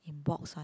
in box one